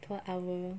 per hour